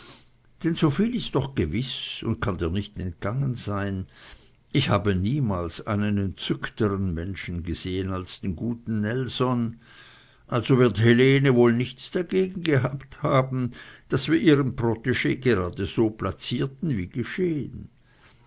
denn soviel ist doch gewiß und kann dir nicht entgangen sein ich habe niemals einen entzückteren menschen gesehen als den guten nelson also wird helene wohl nichts dagegen gehabt haben daß wir ihren proteg grade so placierten wie geschehen